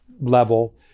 level